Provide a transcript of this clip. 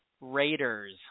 Raiders